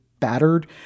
battered